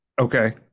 Okay